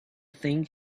thing